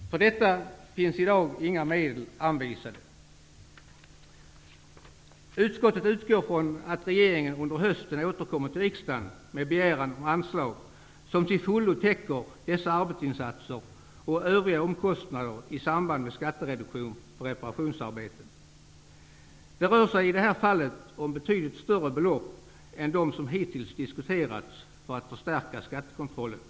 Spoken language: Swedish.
För detta finns i dag inga medel anvisade. Utskottet utgår från att regeringen under hösten återkommer till riksdagen med begäran om anslag som till fullo täcker dessa arbetsinsatser och övriga omkostnader i samband med skattereduktion och reparationsarbete. Det rör sig i det här fallet om betydligt större belopp än dem som hittills diskuterats för att förstärka skattekontrollen.